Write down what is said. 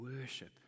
worship